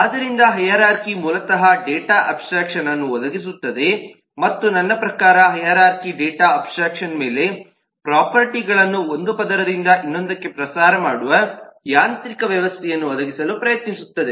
ಆದ್ದರಿಂದ ಹೈರಾರ್ಖಿ ಮೂಲತಃ ಡೇಟಾ ಅಬ್ಸ್ಟ್ರಾಕ್ಷನ್ಅನ್ನು ಒದಗಿಸುತ್ತದೆ ಮತ್ತು ನನ್ನ ಪ್ರಕಾರ ಹೈರಾರ್ಖಿ ಡೇಟಾ ಅಬ್ಸ್ಟ್ರಾಕ್ಷನ್ ಮೇಲೆ ಪ್ರೊಫರ್ಟಿಗಳನ್ನು ಒಂದು ಪದರದಿಂದ ಇನ್ನೊಂದಕ್ಕೆ ಪ್ರಸಾರ ಮಾಡುವ ಯಾಂತ್ರಿಕ ವ್ಯವಸ್ಥೆಯನ್ನು ಒದಗಿಸಲು ಪ್ರಯತ್ನಿಸುತ್ತದೆ